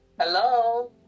hello